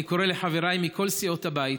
אני קורא לחבריי מכל סיעות הבית,